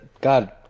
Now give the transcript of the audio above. god